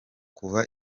kuva